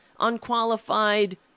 unqualified